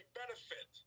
benefit